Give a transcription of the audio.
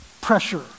pressure